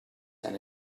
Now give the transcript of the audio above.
that